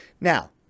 Now